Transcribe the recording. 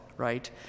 Right